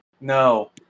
no